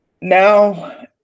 now